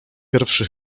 pierwszy